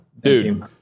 dude